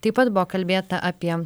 taip pat buvo kalbėta apie